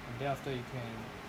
then after you can